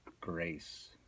grace